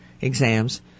exams